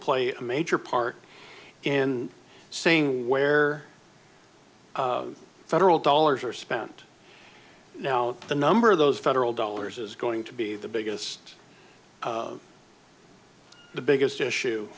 play a major part in saying where federal dollars are spent now the number of those federal dollars is going to be the biggest the biggest